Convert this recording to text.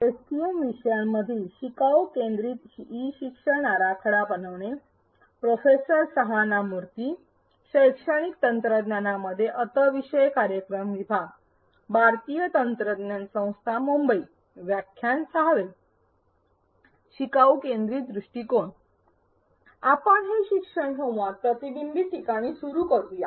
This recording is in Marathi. आपण हे शिक्षण संवाद प्रतिबिंबित ठिकाणी सुरू करू या